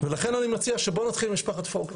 לכן אני מציע שבואו נתחיל ממשפחת פוגל.